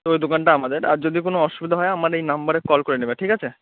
তো ও দোকানটা আমাদের আর যদি কোনো অসুবিধা হয় আমার এই নম্বরে কল করে নেবে ঠিক আছে